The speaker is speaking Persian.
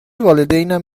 والدینم